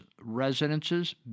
residences